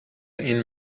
این